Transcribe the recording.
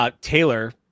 Taylor